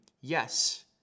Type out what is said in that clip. yes